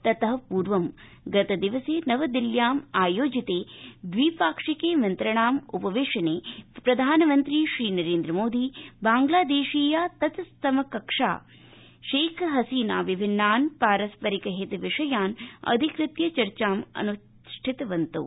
ततः पूर्व ं गतदिवसे नवदिल्ल्यामायोजिते द्वि पाक्षिके मन्त्रणोप वेशने प्रधानमन्त्री श्रीनरेन्द्र मोदी बांग्लादेशीया तत्समकक्षा शेख हसीना च विभिन्नान् पारस्परिक हित विषयान् अधिकृत्य चर्चाम् अनुष्ठितवन्तौ